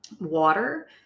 water